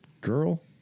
girl